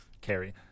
carry